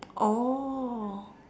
oh